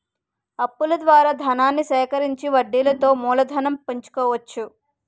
అప్పుల ద్వారా ధనాన్ని సేకరించి వడ్డీలతో మూలధనం పెంచుకోవచ్చు